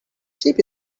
cheap